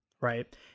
right